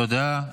תודה.